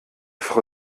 frau